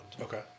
Okay